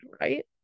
right